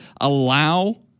allow